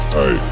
Hey